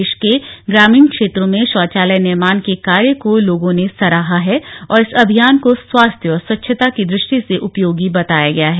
प्रदेश के ग्रामीण क्षेत्रों में शौचालय निर्माण के कार्य को लोगों ने सराहा है और इस अभियान को स्वास्थ्य और स्वच्छता की दृष्टि से उपयोगी बताया है